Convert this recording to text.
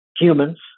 humans